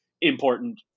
important